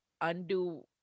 undo